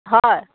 হয়